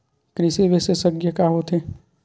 कृषि विशेषज्ञ का होथे?